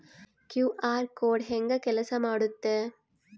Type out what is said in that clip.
QR code ಹೆಂಗ ಕೆಲಸ ಮಾಡುತ್ತೆ?